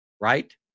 right